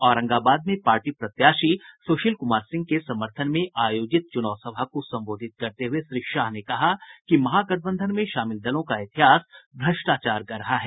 औरंगाबाद में पार्टी प्रत्याशी सुशील कुमार सिंह के समर्थन में आयोजित चुनाव को संबोधित करते हुये श्री शाह ने कहा कि महागठबंधन में शामिल दलों का इतिहास भ्रष्टाचार का रहा है